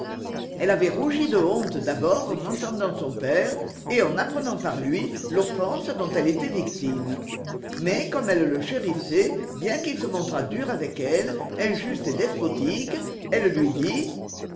elle avait rougi de honte d'abord en entendant son père et en apprenant par lui l'offense dont elle était victime mais comme elle le chérissait bien qu'il se montrât dur avec elle injuste et despotique elle lui dit